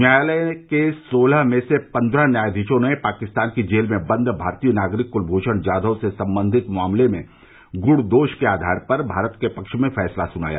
न्यायालय के सोलह में से पन्दह न्यायधीशों ने पाकिस्तान की जेल में बंद भारतीय नागरिक कुलभूषण जाधव से संबंधित मामले में गुण दोष के आधार पर भारत के पक्ष में फैसला सुनाया